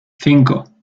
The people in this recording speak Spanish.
cinco